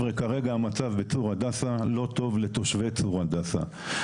המצב כרגע בצור הדסה לא טוב לתושבי הדסה.